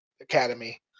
academy